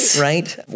right